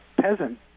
peasant